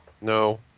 No